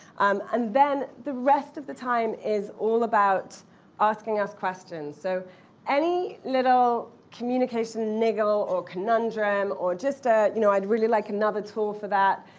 um and then, the rest of the time is all about asking us questions. so any little communication, niggle, or conundrum, or just ah you know i'd really like another tool for that,